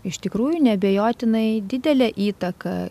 iš tikrųjų neabejotinai didelę įtaką